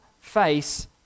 face